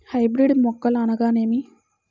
Hybrid మొక్కలు అనగానేమి?